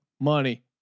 money